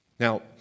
Now